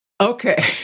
okay